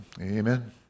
amen